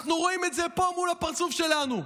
אנחנו רואים את זה פה מול הפרצוף שלנו: